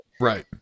right